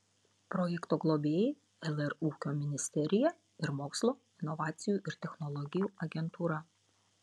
projekto globėjai lr ūkio ministerija ir mokslo inovacijų ir technologijų agentūra